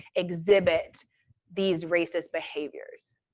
exhibit these racist behaviors?